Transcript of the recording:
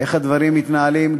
איך הדברים מתנהלים.